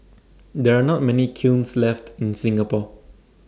there are not many kilns left in Singapore